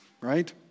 right